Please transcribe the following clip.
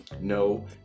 No